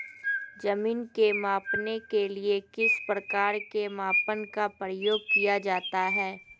जमीन के मापने के लिए किस प्रकार के मापन का प्रयोग किया जाता है?